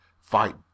fight